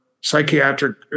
psychiatric